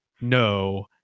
No